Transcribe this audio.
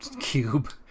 cube